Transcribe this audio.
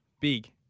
Big